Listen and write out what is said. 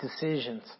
decisions